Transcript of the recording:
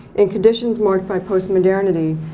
in conditions marked by post modernity,